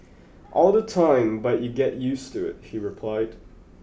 all the time but you get used to it he replied